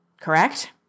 Correct